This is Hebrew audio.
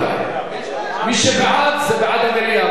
מי שבעד, זה בעד המליאה,